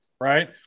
right